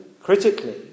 critically